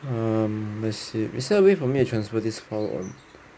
um let's see is there a way for me to transfer this call audio